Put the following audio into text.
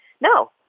no